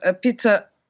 Peter